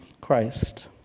Christ